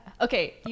Okay